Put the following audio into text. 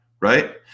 right